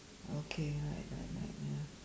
okay right right right ya